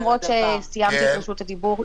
למרות שסיימתי את רשות הדיבור.